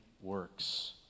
works